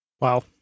Wow